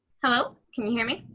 hello, can you hear me?